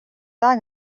даа